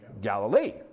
Galilee